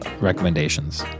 recommendations